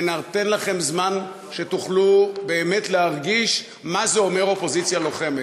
וניתן לכם זמן שתוכלו באמת להרגיש מה זה אומר אופוזיציה לוחמת.